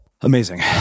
Amazing